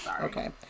Okay